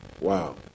Wow